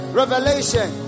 revelation